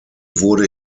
wurde